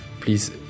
please